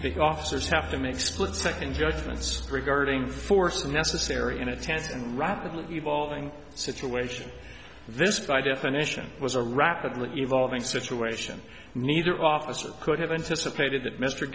the officers have to make split second judgments regarding force necessary in a tense and rapidly evolving situation this by definition was a rapidly evolving situation neither officer could have anticipated that mr